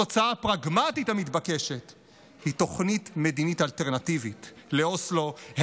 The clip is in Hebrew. התוצאה הפרגמטית המתבקשת היא תוכנית מדינית אלטרנטיבית לאוסלו,